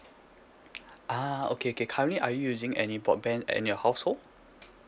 ah okay K currently are you using any broadband in your household